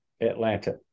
Atlanta